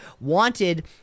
wanted